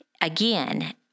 again